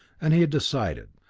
and he had decided.